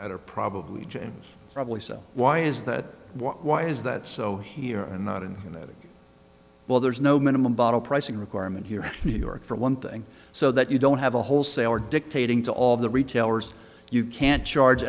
matter probably james probably so why is that why is that so here and not infinite well there is no minimum bottle pricing requirement here in new york for one thing so that you don't have a wholesaler dictating to all the retailers you can't charge